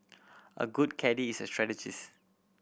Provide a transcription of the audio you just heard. a good caddie is a strategist